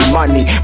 money